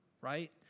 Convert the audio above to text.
right